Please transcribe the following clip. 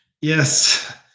Yes